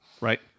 Right